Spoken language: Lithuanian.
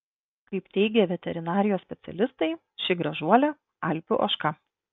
kaip teigė veterinarijos specialistai ši gražuolė alpių ožka